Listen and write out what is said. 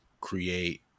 create